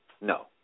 no